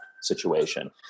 situation